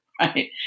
right